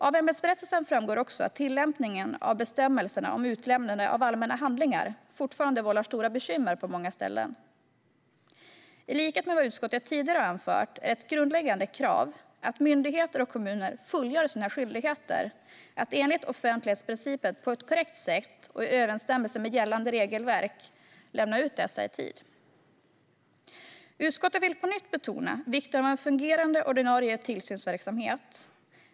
Av ämbetsberättelsen framgår också att tillämpningen av bestämmelserna om utlämnande av allmänna handlingar fortfarande vållar stora bekymmer på många ställen. I likhet med vad utskottet tidigare har anfört är det ett grundläggande krav att myndigheter och kommuner fullgör sina skyldigheter att enligt offentlighetsprincipen på ett korrekt sätt och i överensstämmelse med gällande regelverk lämna ut dessa i tid. Utskottet vill på nytt betona vikten av en fungerande ordinarie tillsynsverksamhet.